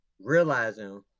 realizing